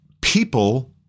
people